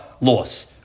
loss